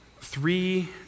three